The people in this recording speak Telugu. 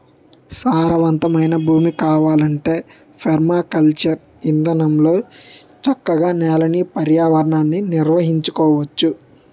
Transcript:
సారవంతమైన భూమి కావాలంటే పెర్మాకల్చర్ ఇదానంలో చక్కగా నేలని, పర్యావరణాన్ని నిర్వహించుకోవచ్చు